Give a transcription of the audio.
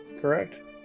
Correct